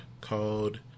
called